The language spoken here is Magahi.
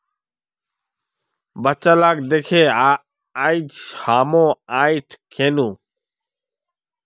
बच्चा लाक दखे आइज हामो ओट्स खैनु